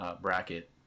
bracket